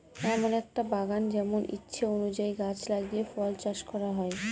এমন একটা বাগান যেমন ইচ্ছে অনুযায়ী গাছ লাগিয়ে ফল চাষ করা হয়